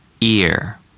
ear